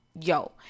yo